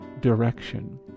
direction